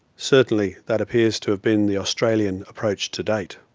certainly that appears to have been the australian approach to date.